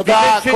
תודה.